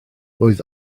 roedd